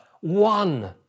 one